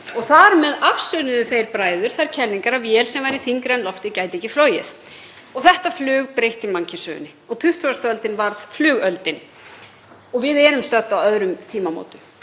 Þar með afsönnuðu þeir bræður þær kenningar að vél sem væri þyngri en loftið gæti ekki flogið. Þetta flug breytti mannkynssögunni og 20. öldin varð flugöldin. Við erum stödd á öðrum tímamótum.